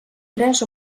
tres